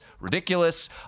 ridiculous